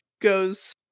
goes